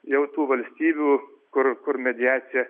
jau tų valstybių kur kur mediacija